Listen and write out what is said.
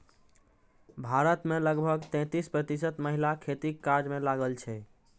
भारत मे लगभग तैंतीस प्रतिशत महिला खेतीक काज मे लागल छै